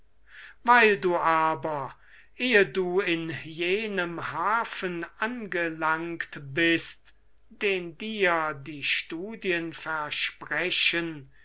weil du aber ehe du in jenem hafen angelangt bist den dir die studien versprechen